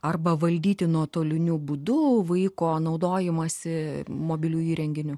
arba valdyti nuotoliniu būdu vaiko naudojimąsi mobiliu įrenginiu